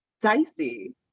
dicey